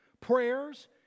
prayers